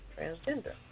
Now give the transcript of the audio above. transgender